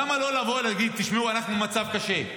למה לא לבוא להגיד: תשמעו, אנחנו במצב קשה?